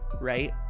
right